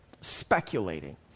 speculating